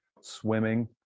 swimming